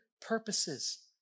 purposes